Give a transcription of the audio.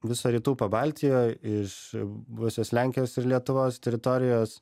viso rytų pabaltijo iš buvusios lenkijos ir lietuvos teritorijos